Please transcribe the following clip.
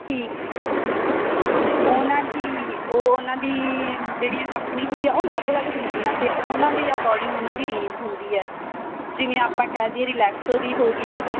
ਠੀਕ ਉਹ ਨਾ ਜੀ ਉਹ ਉਹਨਾਂ ਦੀ ਜਿਹੜੀ ਕੰਪਨੀ ਹੁੰਦੀ ਆ ਉਹ ਅਲੱਗ ਅਲੱਗ ਹੁੰਦੀਆਂ ਅਤੇ ਉਹਨਾਂ ਦੇ ਅਕੋਰਡਿੰਗ ਉਹਨਾਂ ਦੀ ਰੇਂਜ ਹੁੰਦੀ ਹੈ ਜਿਵੇਂ ਆਪਾਂ ਕਹਿ ਦਈਏ ਰਿਲੈਕਸੋ ਦੀ ਹੋ ਗਈ